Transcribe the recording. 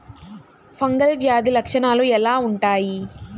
Fungal వ్యాధి లక్షనాలు ఎలా వుంటాయి?